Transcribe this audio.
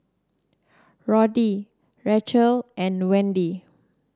Roddy Racheal and Wendy